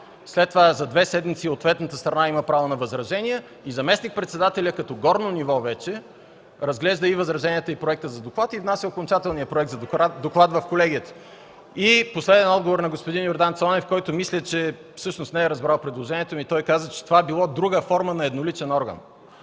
след това за две седмици ответната страна има право на възражения и заместник-председателят като горно ниво разглежда възраженията и проекта на доклад и изнася окончателния доклад в колегията. Последен отговор на господин Йордан Цонев, който мисля, че всъщност не е разбрал предложението ми. Той казва, че онова, което сме предложили, било друга форма на едноличен орган.